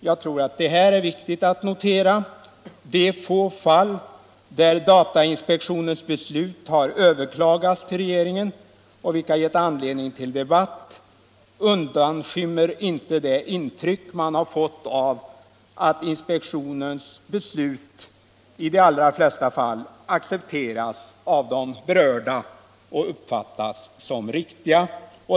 Jag tror att detta är viktigt att notera. De få fall där datainspektionens beslut har överklagats och som gett anledning till debatt undanskymmer inte det intryck man har fått av att inspektionens beslut i de allra flesta fall accepteras av de berörda och uppfattas som riktiga.